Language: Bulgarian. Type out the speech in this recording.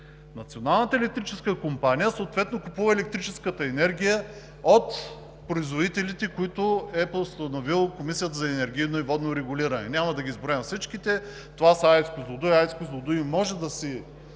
Националната електрическа компания съответно купува електрическата енергия от производителите, които е постановила Комисията за енергийно и водно регулиране. Няма да ги изброявам всичките. АЕЦ „Козлодуй“ към настоящия момент